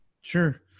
Sure